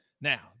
now